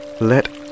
let